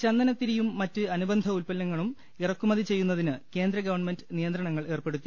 ചന്ദനത്തിരിയും മറ്റ് അനുബന്ധ ഉൽപ്പന്നങ്ങളും ഇറക്കുമതി ചെയ്യു ന്നതിന് കേന്ദ്രഗവൺമെന്റ് നിയന്ത്രണങ്ങൾ ഏർപ്പെടുത്തി